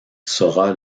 saura